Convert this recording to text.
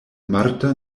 marta